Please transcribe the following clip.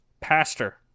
Pastor